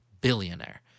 billionaire